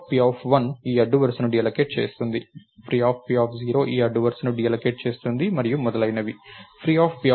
freep1 ఈ అడ్డు వరుసను డీఅల్లోకేట్ చేస్తుంది freep0 ఈ అడ్డు వరుసను డీఅల్లోకేట్ చేస్తుంది మరియు మొదలైనవి freepM 1 ఈ అడ్డు వరుసను డీఅల్లోకేట్ చేస్తుంది